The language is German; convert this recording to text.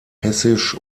hessisch